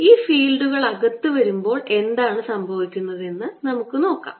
അതിനാൽ ഈ ഫീൽഡുകൾ അകത്തു വരുമ്പോൾ എന്താണ് സംഭവിക്കുന്നതെന്ന് നമുക്ക് നോക്കാം